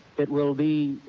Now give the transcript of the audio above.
it will be,